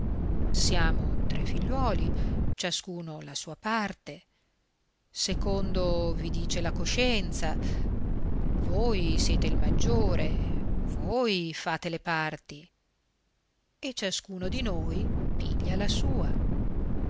siamo tre figliuoli ciascuno la sua parte secondo vi dice la coscienza voi siete il maggiore voi fate le parti e ciascuno di noi piglia la sua